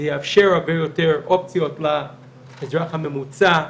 זה יאפשר הרבה יותר אופציות לאזרח הממוצע,